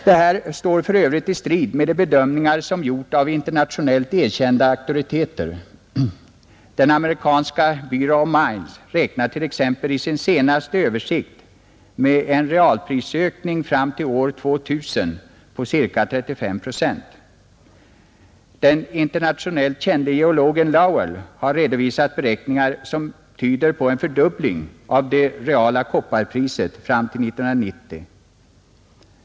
Detta står för övrigt i strid med de bedömningar som gjorts av internationellt erkända auktoriteter. Den amerikanska Bureau of Mines räknar t, ex. i sin senaste översikt med en realprisökning fram till år 2 000 på ca 35 procent. Den internationellt kände geologen Lowell har redovisat beräkningar som tyder på en fördubbling av det reala kopparpriset fram till 1990.